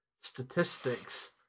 statistics